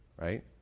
Right